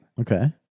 Okay